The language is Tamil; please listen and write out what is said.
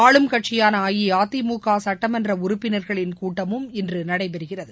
ஆளும் கட்சியான அஇஅதிமுக சட்டமன்ற உறுப்பினர்களின் கூட்டமும் இன்று நடைபெறுகிறது